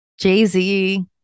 Jay-Z